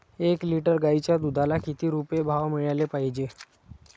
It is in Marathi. एक लिटर गाईच्या दुधाला किती रुपये भाव मिळायले पाहिजे?